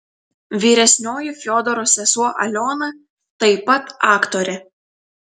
vyresnioji fiodoro sesuo aliona taip pat aktorė